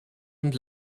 und